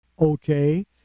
Okay